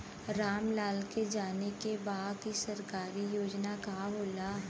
राम लाल के जाने के बा की सरकारी योजना का होला?